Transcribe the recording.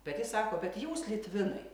bet jis sako bet jūs litvinai